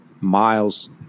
Miles